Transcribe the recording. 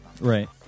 Right